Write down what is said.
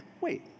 wait